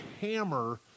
hammer